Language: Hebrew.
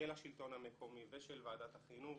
של השלטון המקומי ושל ועדת החינוך